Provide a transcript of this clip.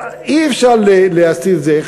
אי-אפשר להסיר את זה,